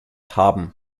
haben